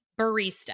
barista